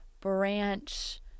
branch